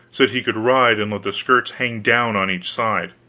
so that he could ride and let the skirts hang down on each side.